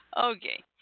Okay